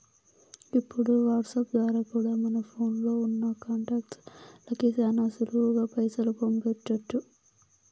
ఇప్పుడు వాట్సాప్ ద్వారా కూడా మన ఫోన్లో ఉన్నా కాంటాక్ట్స్ లకి శానా సులువుగా పైసలు పంపించొచ్చు